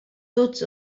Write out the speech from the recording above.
tots